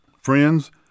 friends